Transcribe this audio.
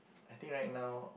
I think right now